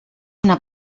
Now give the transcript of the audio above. una